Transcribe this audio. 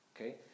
okay